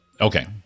Okay